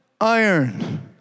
iron